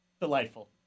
Delightful